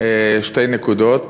שתי נקודות: